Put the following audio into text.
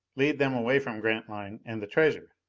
lead them away from grantline and the treasure.